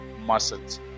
muscles